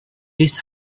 this